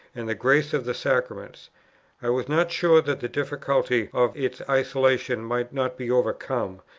and the grace of the sacraments i was not sure that the difficulty of its isolation might not be overcome,